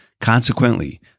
Consequently